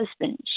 husband